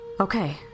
Okay